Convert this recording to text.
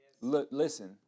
Listen